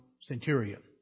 centurion